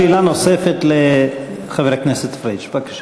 שאלה נוספת לחבר הכנסת פריג', בבקשה.